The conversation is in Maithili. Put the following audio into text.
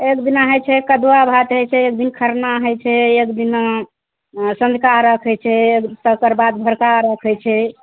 एक दिना हइ छै कदुआ भात हइ छै एक दिन खरना हइ छै एक दिना सँझका अरग हइ छै तकर बाद भोरका अरग हइ छै